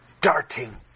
darting